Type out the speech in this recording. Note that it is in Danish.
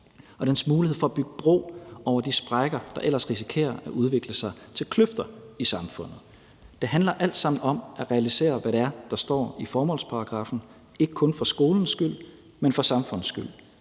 og dens mulighed for at bygge bro over de sprækker, der ellers risikerer at udvikle sig til kløfter i samfundet. Det handler alt sammen om at realisere, hvad det er, der står i formålsparagraffen, ikke kun for skolens skyld, men for samfundets skyld,